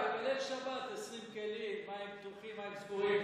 ליל שבת, 20 כלים, מים פתוחים, מים סגורים.